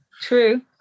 true